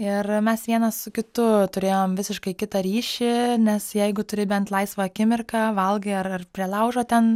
ir mes vienas su kitu turėjom visiškai kitą ryšį nes jeigu turi bent laisvą akimirką valgai ar ar prie laužo ten